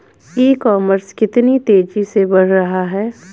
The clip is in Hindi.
ई कॉमर्स कितनी तेजी से बढ़ रहा है?